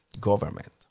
government